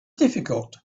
difficult